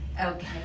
Okay